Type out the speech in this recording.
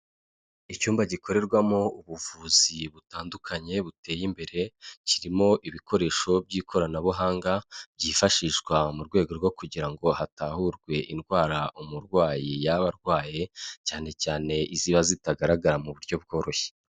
Icyumba gikorerwamo ubuvuzi butandukanye buteye imbere kirimo ibikoresho by'ikoranabuhanga byifashishwa mu rwego rwo kugira ngo hatahurwe indwara umurwayi y'aba arwaye cyane cyane izaba zitagaragara mu buryo bworoshye.